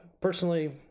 personally